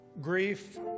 grief